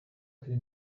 kuri